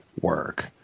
work